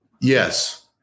Yes